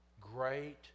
great